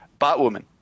Batwoman